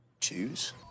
Choose